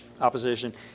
opposition